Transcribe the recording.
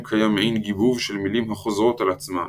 קיים מעין גיבוב של מילים החוזרות על עצמן